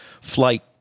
flight